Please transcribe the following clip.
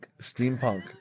Steampunk